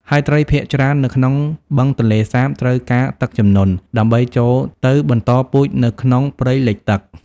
ហើយត្រីភាគច្រើននៅក្នុងបឹងទន្លេសាបត្រូវការទឹកជំនន់ដើម្បីចូលទៅបន្តពូជនៅក្នុងព្រៃលិចទឹក។